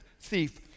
thief